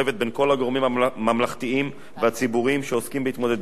הגורמים הממלכתיים והציבוריים שעוסקים בהתמודדות זו.